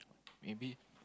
maybe